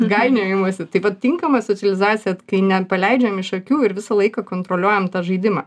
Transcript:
gainiojimosi tai vat tinkamas socializacija kai nepaleidžiam iš akių ir visą laiką kontroliuojam tą žaidimą